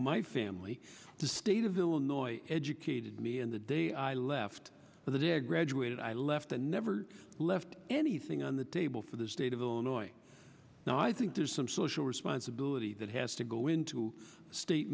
my family the state of illinois educated me in the day i left for the day i graduated i left and never left anything on the table for the state of illinois now i think there's some social responsibility that has to go into state